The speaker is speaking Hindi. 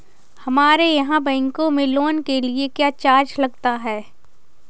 हमारे यहाँ बैंकों में लोन के लिए क्या चार्ज लगता है?